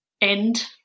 end